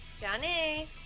Johnny